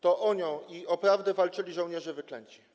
To o nią i o prawdę walczyli żołnierze wyklęci.